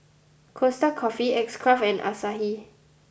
Costa Coffee X Craft and Asahi